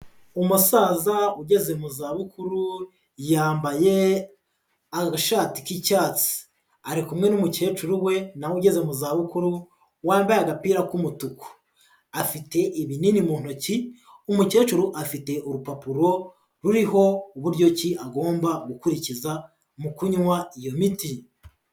Umusaza ugeze mu zabukuru yambaye agashati k'icyatsi, ari n'umukecuru we na we ugeze mu zabukuru wambaye agapira k'umutuku, afite ibinini mu ntoki, umukecuru afite urupapuro ruriho uburyo ki agomba gukurikiza mu kunywa iyo miti.